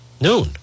Noon